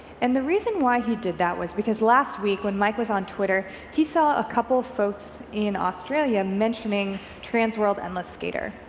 and the reason why he did that was because last week when mike was on twitter, he saw a couple folks in australia mentioning transworld endless skate er.